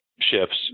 shifts